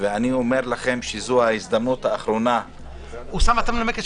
אני אבקש מאוסאמה לנמק.